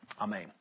Amen